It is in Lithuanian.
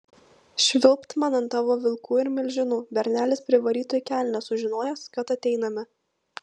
švilpt man ant tavo vilkų ir milžinų bernelis privarytų į kelnes sužinojęs kad ateiname